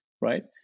right